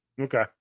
okay